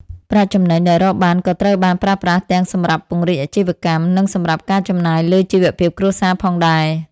ប្រាក់ចំណេញដែលរកបានក៏ត្រូវបានប្រើប្រាស់ទាំងសម្រាប់ពង្រីកអាជីវកម្ម និងសម្រាប់ការចំណាយលើជីវភាពគ្រួសារផងដែរ។